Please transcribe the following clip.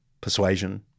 persuasion